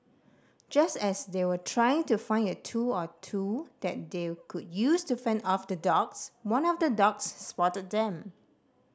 just as they were trying to find a tool or two that they could use to fend off the dogs one of the dogs spotted them